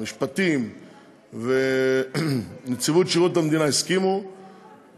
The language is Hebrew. משרד המשפטים ונציבות שירות המדינה הסכימו בהסכם,